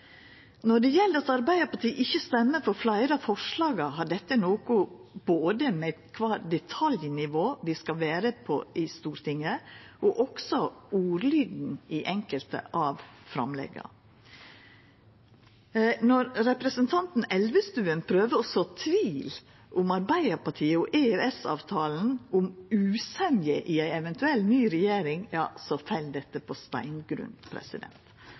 Når det gjeld at Arbeidarpartiet ikkje stemmer for fleire av forslaga, har dette å gjera med både kva detaljnivå vi skal vera på i Stortinget, og også ordlyden i enkelte av framlegga. Når representanten Elvestuen prøver å så tvil om Arbeidarpartiet og EØS-avtalen, om usemje i ei eventuell ny regjering – ja, så fell dette på steingrunn.